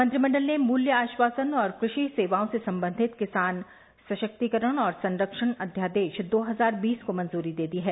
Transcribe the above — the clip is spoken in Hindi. मंत्रिमंडल ने मूल्य आश्वासन और कृषि सेवाओं से संबंधित किसान सशक्तीकरण और संख्यण अध्यादेश दो हजार बीस को मंजूरी दे दी है